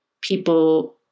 people